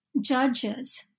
judges